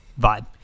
vibe